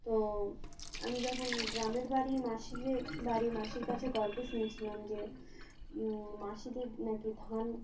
তো আমি যখন গ্রামের বাড়ি মাসিদের বাড়ির মাসির কাছে গল্প শুনেছিলাম যে মাসিদের নাকি ধান